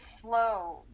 slow